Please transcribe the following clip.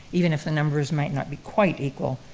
even if the numbers might not be quite equal.